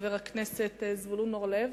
חבר הכנסת זבולון אורלב.